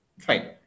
Fine